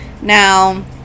now